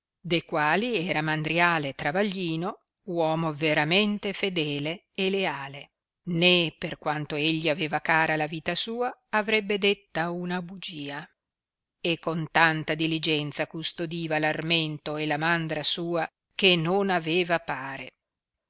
de quali era mandriale travaglino uomo veramente fedele e leale né per quanto egli aveva cara la vita sua avrebbe detta una bugia e con tanta diligenza custodiva l armento e la mandra sua che non aveva pare